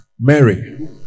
Mary